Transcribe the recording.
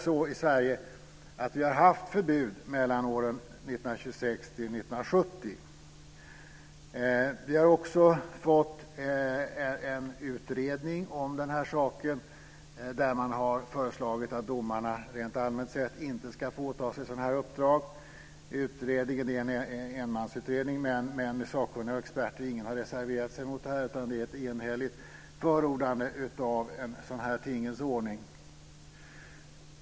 Sverige ett förbud. Det har också gjorts en utredning där man har föreslagit att domarna rent allmänt sett inte ska få åta sig sådana här uppdrag. Det är fråga om en enmansutredning, men det är ingen expert eller sakkunnig som har reserverat sig, utan det rör sig om ett enhälligt förordande av denna tingens ordning.